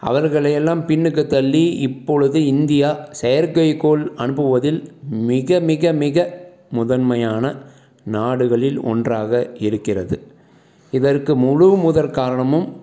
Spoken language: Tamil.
அவர்களையெல்லாம் பின்னுக்கு தள்ளி இப்பொழுது இந்தியா செயற்கைகோள் அனுப்புவதில் மிக மிக மிக முதன்மையான நாடுகளில் ஒன்றாக இருக்கிறது இதற்கு முழுமுதற் காரணமும்